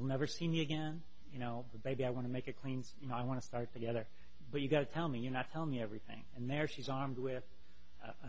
never seen again you know baby i want to make a clean you know i want to start together but you got to tell me you not tell me everything and there she's armed with a